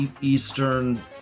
Eastern